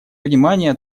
внимание